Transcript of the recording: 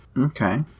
Okay